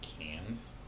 cans